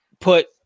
put